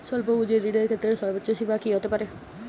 স্বল্প পুঁজির ঋণের ক্ষেত্রে সর্ব্বোচ্চ সীমা কী হতে পারে?